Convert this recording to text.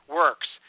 works